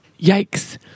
Yikes